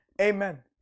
Amen